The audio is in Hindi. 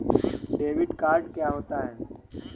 डेबिट कार्ड क्या होता है?